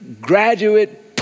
graduate